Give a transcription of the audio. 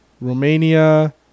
Romania